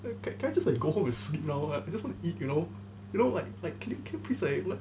can can can I just like go home is sleep now I just wanna eat you know you know like like can you please like